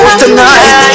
tonight